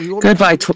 goodbye